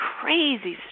crazy